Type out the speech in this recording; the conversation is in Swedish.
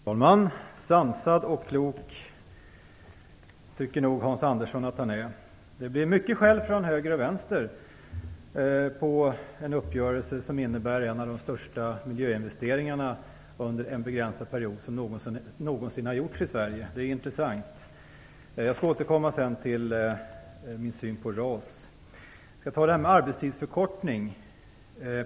Fru talman! Hans Andersson tycker nog att han är sansad och klok. Det blev mycket skäll från höger och från vänster på en uppgörelse som innebär en av de största miljöinvesteringar under en begränsad period som någonsin har gjorts i Sverige. Det är intressant. Jag skall senare återkomma till min syn på RAS. Jag skall ta upp frågan om arbetstidsförkortning.